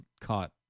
caught